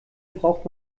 braucht